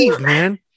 man